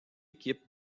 équipe